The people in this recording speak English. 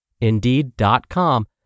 Indeed.com